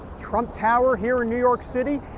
trump tower here in new york city.